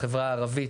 לחברה הערבית,